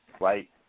right